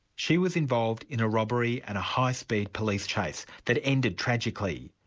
she was involved in a robbery and high speed police chase that ended tragically.